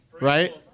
right